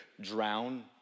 drown